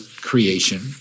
creation